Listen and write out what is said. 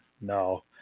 No